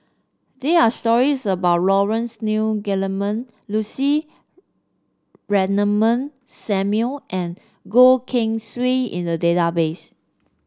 there are stories about Laurence Nunn Guillemard Lucy Ratnammah Samuel and Goh Keng Swee in the database